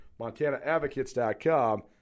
MontanaAdvocates.com